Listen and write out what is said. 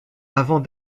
avant